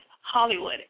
Hollywood